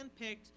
handpicked